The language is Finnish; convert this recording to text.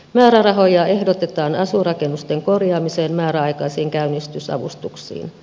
määrärahoja ehdotetaan asuinrakennusten korjaamisen määräaikaisiin käynnistysavustuksiin